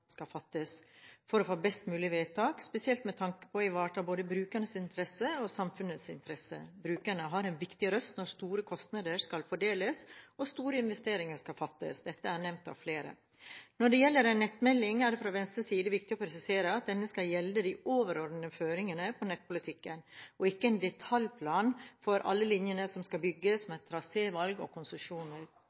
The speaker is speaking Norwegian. skal fattes, for å få best mulige vedtak, spesielt med tanke på å ivareta både brukernes interesser og samfunnets interesser. Brukerne har en viktig røst når store kostnader skal fordeles og vedtak om store investeringer fattes. Dette er nevnt av flere. Når det gjelder en nettmelding, er det fra Venstres side viktig å presisere at denne skal gjelde de overordnede føringene på nettpolitikken og ikke en detaljplan for alle linjene som skal bygges, med trasévalg og konsesjoner.